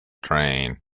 train